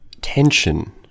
tension